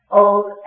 old